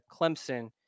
Clemson